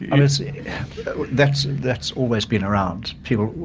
and so that's, that's always been around. people,